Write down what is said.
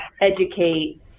educate